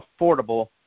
affordable